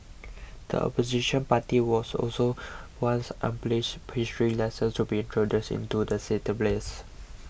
the Opposition party was also wants unbiased history lessons to be introduced into the syllabus